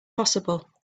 possible